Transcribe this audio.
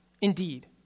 Indeed